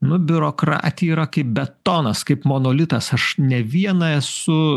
nu biurokratija yra kaip betonas kaip monolitas aš ne vieną esu